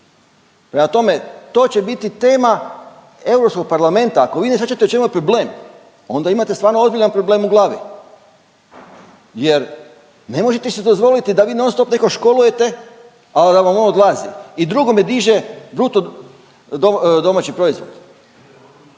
Prema tome, to će biti tema Europskog parlamenta, ako vi ne shvaćate u čemu je problem onda imate stvarno ozbiljan problem u glavi jer ne možete si dozvoliti da vi non stop nekog školujete, a da vam on odlazi i drugome diže bruto domaći proizvod.